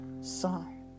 Son